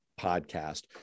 podcast